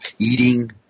eating